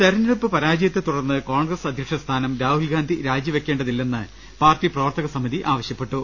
തെരഞ്ഞെടുപ്പ് പരാജയത്തെത്തുടർന്ന് കോൺഗ്രസ് അധ്യ ക്ഷസ്ഥാനം രാഹുൽഗാന്ധി രാജി വെക്കേണ്ടതില്ലെന്ന് പാർട്ടി പ്രവർത്തക സമിതി ആവശ്യപ്പെട്ടു